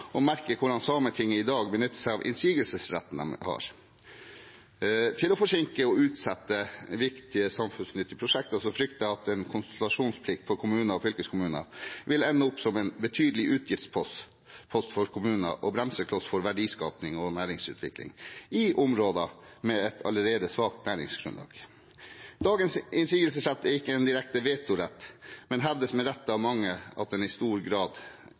og merker hvordan Sametinget i dag benytter seg av innsigelsesretten de har til å forsinke og utsette viktige samfunnsnyttige prosjekter, frykter at en konsultasjonsplikt for kommuner og fylkeskommuner vil ende opp som en betydelig utgiftspost for kommunene og en bremsekloss for verdiskaping og næringsutvikling i områder med et allerede svakt næringsgrunnlag. Dagens innsigelsesrett er ikke en direkte vetorett, men det hevdes med rette av mange at den i stor grad